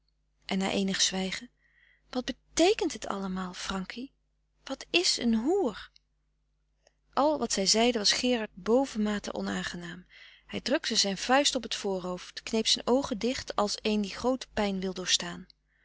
en na eenig zwijgen wat beteekent het allemaal frankie wat is een hoer al wat zij zeide was gerard bovenmate onaangenaam hij drukte zijn vuist op t voorhoofd kneep zijn oogen dicht als een die groote pijn wil doorstaan